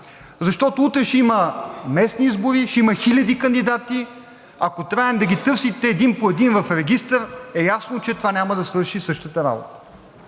защото утре ще има местни избори, ще има хиляди кандидати. Ако трябва да ги търсите един по един в регистър, е ясно, че това няма да свърши същата работа.